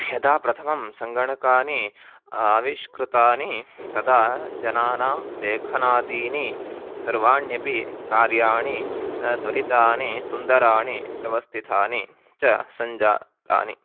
यदा प्रथमं सङ्गणकानि आविष्कृतानि तदा जनानां लेखनादीनि सर्वाण्यपि कार्याणि त्वरितानि सुन्दराणि व्यवस्तिथानि च सञ्जातानि